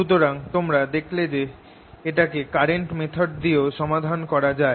সুতরাং তোমরা দেখলে যে এটাকে কারেন্ট মেথড দিয়েও সমাধান করা যায়